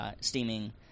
steaming